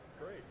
great